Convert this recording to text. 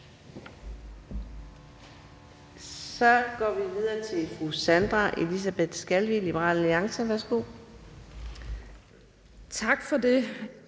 Så går vi videre til fru Sandra Elisabeth Skalvig, Liberal Alliance. Værsgo. Kl.